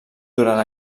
durant